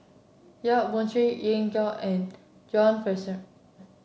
Yap Boon Chuan Lin Gao and John Fraser